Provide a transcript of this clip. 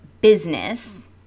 business